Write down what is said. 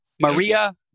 Maria